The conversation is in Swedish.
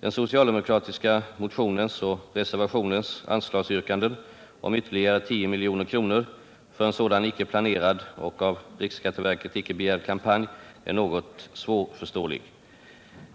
Den socialdemokratiska motionens och reservationens anslagsyrkanden om ytterligare 10 milj.kr. för en sådan icke planerad och av riksskatteverket icke begärd kampanj är något svårförståeliga.